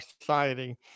society